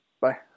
bye